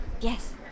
Yes